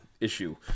issue